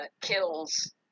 Kills